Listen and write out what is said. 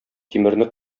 тимерне